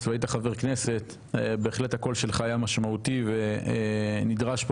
והיית חבר כנסת בהחלט הקול שלך היה משמעותי ונדרש פה